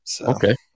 Okay